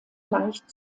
leicht